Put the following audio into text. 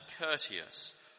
courteous